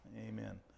Amen